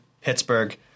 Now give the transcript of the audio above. Pittsburgh